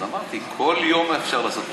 אז אמרתי: כל יום אפשר לעשות רוטציה.